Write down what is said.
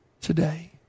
today